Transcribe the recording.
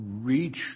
reach